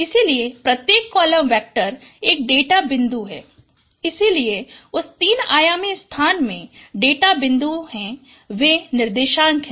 इसलिए प्रत्येक column vector एक डेटा बिंदु है इसलिए ये उस तीन आयामी स्थान में डेटा बिंदु हैं वे निर्देशांक हैं